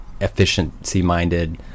efficiency-minded